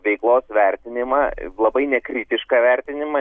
veiklos vertinimą labai nekritišką vertinimą